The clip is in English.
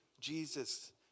Jesus